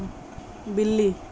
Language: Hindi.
बिल्ली